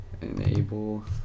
Enable